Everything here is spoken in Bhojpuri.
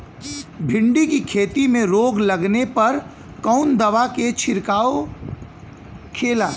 भिंडी की खेती में रोग लगने पर कौन दवा के छिड़काव खेला?